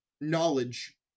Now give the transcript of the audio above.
knowledge